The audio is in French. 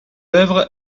œuvre